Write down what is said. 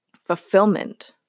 fulfillment